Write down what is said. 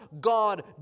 God